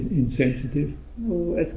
insensitive